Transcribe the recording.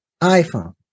iPhone